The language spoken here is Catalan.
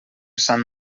sant